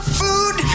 food